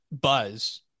buzz